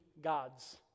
gods